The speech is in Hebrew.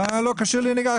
אתה לא כשיר לנהיגה,